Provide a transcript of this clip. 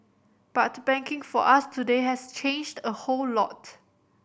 but banking for us today has changed a whole lot